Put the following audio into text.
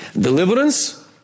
Deliverance